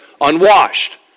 unwashed